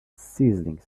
sizzling